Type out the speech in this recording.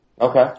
Okay